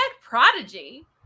prodigy